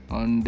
on